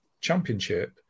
championship